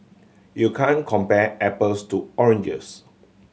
you can compare apples to oranges